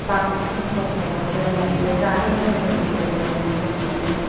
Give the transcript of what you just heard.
बांसिन खस्थ'या जोङो बे जानाय लोंनायनि बेलायावनो जों मोनदों